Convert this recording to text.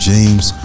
James